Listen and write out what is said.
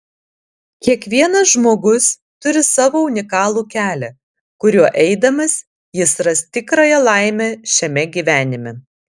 kiekvienas žmogus turi savo unikalų kelią kuriuo eidamas jis ras tikrąją laimę šiame gyvenime